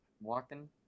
walking